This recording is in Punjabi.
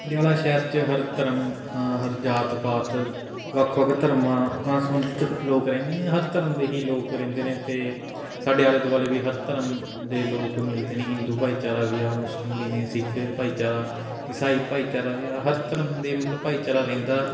ਪਟਿਆਲਾ ਸ਼ਹਿਰ 'ਚ ਹਰ ਧਰਮ ਹਰ ਜਾਤ ਪਾਤ ਵੱਖ ਵੱਖ ਧਰਮਾਂ ਉਹ ਨਾਲ਼ ਸੰਬੰਧਿਤ ਲੋਕ ਰਹਿੰਦੇ ਨੇ ਹਰ ਧਰਮ ਦੇ ਹੀ ਲੋਕ ਰਹਿੰਦੇ ਨੇ ਅਤੇ ਸਾਡੇ ਆਲੇ ਦੁਆਲੇ ਵੀ ਹਰ ਧਰਮ ਦੇ ਲੋਕ ਮਿਲਦੇ ਨੇ ਹਿੰਦੂ ਭਾਈਚਾਰਾ ਵੀ ਆ ਮੁਸਲਿਮ ਵੀ ਨੇ ਸਿੱਖ ਭਾਈਚਾਰਾ ਈਸਾਈ ਭਾਈਚਾਰਾ ਵੀ ਆ ਹਰ ਧਰਮ ਦੇ ਮਤਲਬ ਭਾਈਚਾਰਾ ਰਹਿੰਦਾ